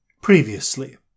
Previously